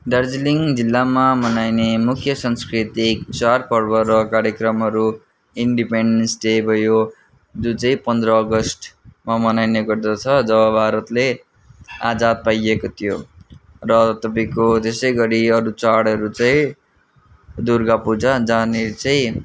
दार्जिलिङ जिल्लामा मनाइने मुख्य सांस्कृतिक चाडपर्व र कार्यक्रमहरू इन्डिपेनडेन्स डे भयो जो चाहिँ पन्ध्र अगस्तमा मनाइने गर्दछ जब भारतले आजाद पाएको थियो र तपाईँको त्यसै गरी अरू चाडहरू चाहिँ दुर्गापूजा जहाँनिर चाहिँ